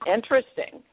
Interesting